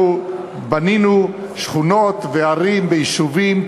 אנחנו בנינו שכונות בערים, ביישובים,